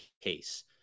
case